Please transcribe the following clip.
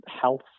health